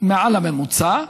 מעל הממוצע,